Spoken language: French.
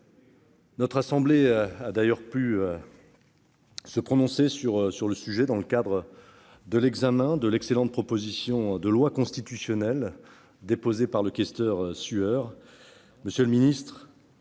Notre assemblée a d'ailleurs pu se prononcer sur ce sujet dans le cadre de l'examen de l'excellente proposition de loi constitutionnelle déposée par notre